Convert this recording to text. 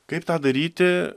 kaip tą daryti